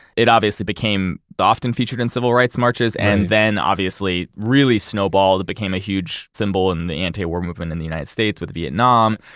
it obviously became often featured in civil rights marches and then obviously really snowballed. it became a huge symbol in the anti-war movement in the united states with vietnam.